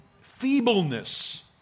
feebleness